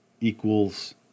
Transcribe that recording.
equals